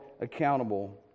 accountable